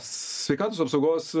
sveikatos apsaugos